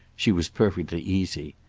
she was perfectly easy.